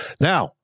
Now